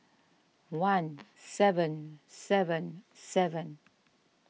one seven seven seven